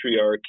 patriarchy